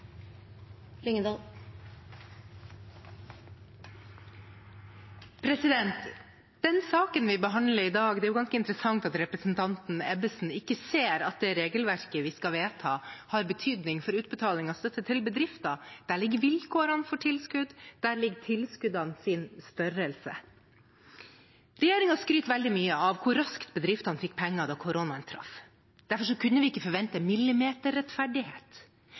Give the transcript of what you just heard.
det ganske interessant at representanten Ebbesen ikke ser at det regelverket vi skal vedta, har betydning for utbetaling av støtte til bedrifter. Der ligger vilkårene for tilskudd, og der ligger tilskuddenes størrelse. Regjeringen skryter veldig mye av hvor raskt bedriftene fikk penger da koronaen traff. Derfor kunne vi ikke forvente